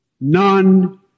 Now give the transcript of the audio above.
None